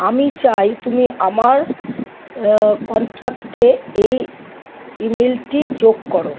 আমি চাই তুমি আমার কনট্র্যাক্টে এই ইমেলটি যোগ করো